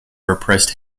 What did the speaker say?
repressed